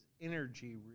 energy